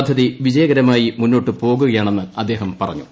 പദ്ധതി വിജയകരമായി മുന്നോട്ട് പോകുകയാണെന്ന് അദ്ദേഹം പറഞ്ഞു